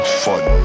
fun